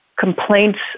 complaints